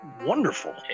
Wonderful